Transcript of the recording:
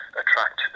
attract